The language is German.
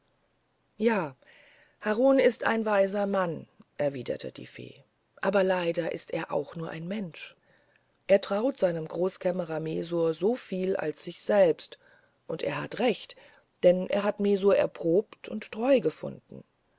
ja harun ist ein weiser mann erwiderte die fee aber leider ist er auch nur ein mensch er traut sei nem großkämmerer messour so viel als sich selbst und er hat recht denn er hat messour erprobt und treu gefunden